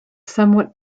somewhat